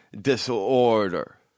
disorder